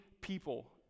people